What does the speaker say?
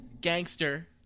Gangster